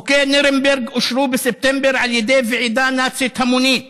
חוקי נירנברג אושרו בספטמבר על ידי ועידה נאצית המונית.